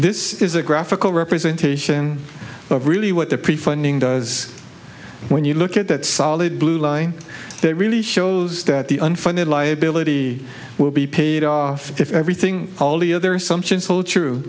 this is a graphical representation of really what the prefunding does when you look at that solid blue line that really shows that the unfunded liability will be paid off if everything all the other assumptions hold true